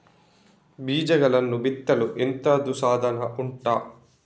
ಬೀಜಗಳನ್ನು ಬಿತ್ತಲು ಎಂತದು ಸಾಧನ ಉಂಟು?